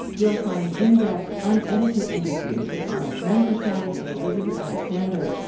you'll find in-depth, unedited interviews with arnold rampersad and elizabeth alexander,